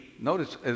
notice